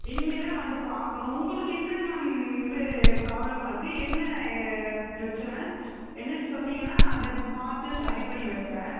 இனிமே தான் வந்து பார்க்கணும் உங்ளுக்என்னங்க மேம் இது ப்ராப்லமாக இருக்கு என்ன ப்ரச்சனை என்னன் சொன்னிங்கன்னா அதை பார்த்து சரி பண்ணி வைப்போன்